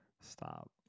Stop